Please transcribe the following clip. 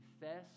confess